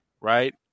right